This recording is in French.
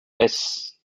hesse